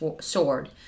sword